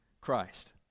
Christ